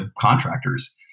contractors